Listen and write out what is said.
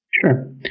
Sure